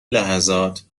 لحظات